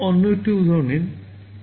অন্য একটি উদাহরণ নিন